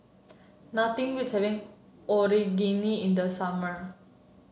nothing beats having Onigiri in the summer